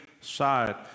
side